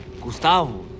Gustavo